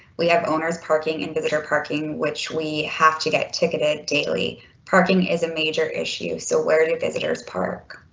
we have owners parking in visitor parking which we have to get ticketed. daily parking is a major issue. so where do visitors park?